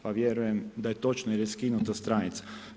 Pa vjerujem da je točno jer je skinuto iz stranice.